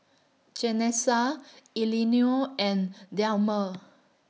Janessa Elinor and Delmer